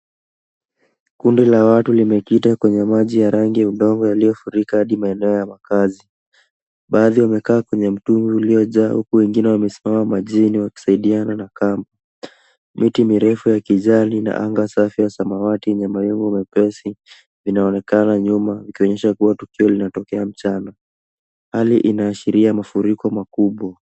Kundi la watu limekita kwenye maji ya rangi ya udongo yalio furika adi maeno ya makazi. Baadhi wamekaa kwenye mtungi ulio jaa huku wengine wamesimama majini wakisaidiana na kamba. Miti mirefu ya kijani na anga safi ya samawati yenye mawingu mwepesi vinaonekana nyuma vikionyesha kuwa tukio linatokea mchana. Hali inashiria mafuriko makubwa.